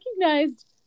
recognized